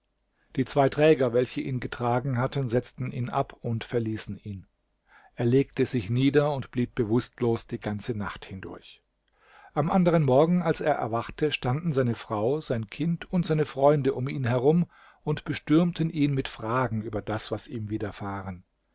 die zwei träger welche ihn getragen hatten setzten ihn ab und verließen ihn er legte sich nieder und blieb bewußtlos die ganze nacht hindurch am anderen morgen als er erwachte standen seine frau sein kind und seine freunde um ihn herum und bestürmten ihn mit fragen über das was ihm widerfahren